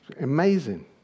Amazing